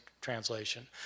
translation